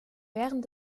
während